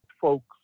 folks